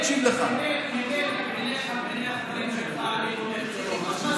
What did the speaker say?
ממילא בעיניך ובעיני החברים שלך אני תומך טרור,